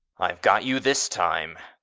i've got you this time!